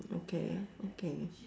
okay okay